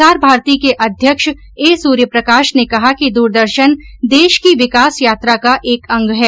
प्रसार भारती के अध्यक्ष ए सूर्य प्रकाश ने कहा कि दूरदर्शन देश की विकास यात्रा का एक अंग है